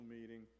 meeting